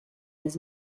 his